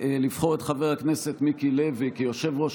לבחור את חבר הכנסת מיקי לוי ליושב-ראש